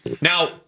Now